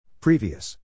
Previous